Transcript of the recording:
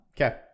Okay